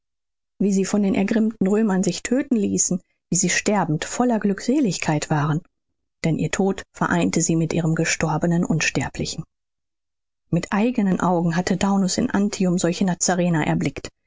wie sie von den ergrimmten römern sich tödten ließen wie sie sterbend voller glückseligkeit waren denn ihr tod vereinigte sie mit ihrem gestorbenen unsterblichen mit eigenen augen hatte daunus in antium solche nazarener erblickt